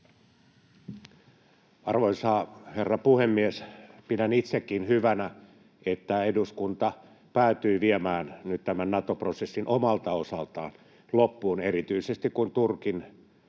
Arvoisa herra puhemies! Pidän itsekin hyvänä, että eduskunta päätyi viemään nyt tämän Nato-prosessin omalta osaltaan loppuun — erityisesti, kun Turkin